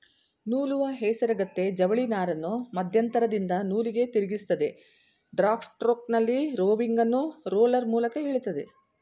ನೂಲುವ ಹೇಸರಗತ್ತೆ ಜವಳಿನಾರನ್ನು ಮಧ್ಯಂತರದಿಂದ ನೂಲಿಗೆ ತಿರುಗಿಸ್ತದೆ ಡ್ರಾ ಸ್ಟ್ರೋಕ್ನಲ್ಲಿ ರೋವಿಂಗನ್ನು ರೋಲರ್ ಮೂಲಕ ಎಳಿತದೆ